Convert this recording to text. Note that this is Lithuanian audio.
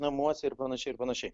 namuose ir panašiai ir panašiai